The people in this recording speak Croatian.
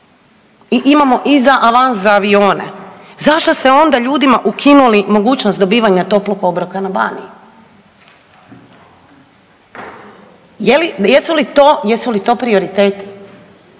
i imamo iza avans z a avione, zašto ste onda ljudima ukinuli mogućnost dobivanja toplog obroka na Baniji. Jesu li to prioriteti?